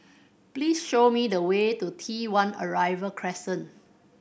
please show me the way to T One Arrival Crescent